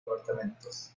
apartamentos